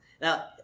Now